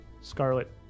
Scarlet